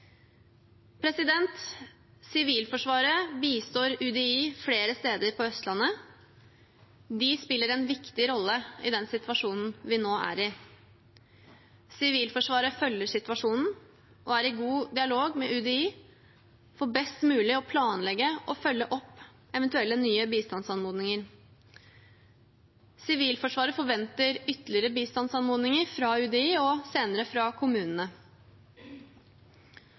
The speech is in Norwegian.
Sivilforsvaret bistår UDI flere steder på Østlandet. De spiller en viktig rolle i den situasjonen vi nå er i. Sivilforsvaret følger situasjonen og er i god dialog med UDI for best mulig å planlegge og følge opp eventuelle nye bistandsanmodninger. Sivilforsvaret forventer ytterligere bistandsanmodninger fra UDI og senere fra kommunene.